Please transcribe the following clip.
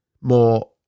more